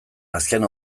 azken